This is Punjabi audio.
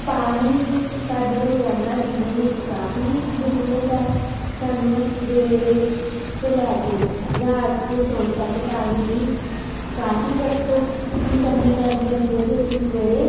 ਪਾਣੀ ਦੀ ਸਾਡੇ ਰੋਜ਼ਾਨਾ ਜੀਵਨ ਵਿੱਚ ਕਾਫ਼ੀ ਜ਼ਰੂਰਤ ਹੈ ਸਾਨੂੰ ਸਵੇਰੇ ਤੋਂ ਲੈ ਕੇ ਰਾਤ ਦੇ ਸੌਣ ਤੱਕ ਪਾਣੀ ਦੀ ਕਾਫ਼ੀ ਵਰਤੋਂ ਕਰਨੀ ਪੈਂਦੀ ਹੈ ਜਿਵੇਂ ਕਿ ਅਸੀਂ ਸਵੇਰੇ